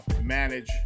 manage